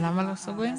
למה לא סוגרים?